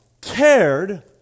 cared